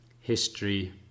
history